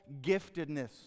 giftedness